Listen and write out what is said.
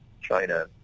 China